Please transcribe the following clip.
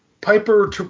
Piper